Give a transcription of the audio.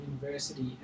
university